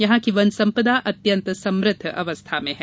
यहां की वन संपदा अत्यन्त समृद्ध अवस्था में है